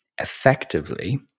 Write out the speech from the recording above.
Effectively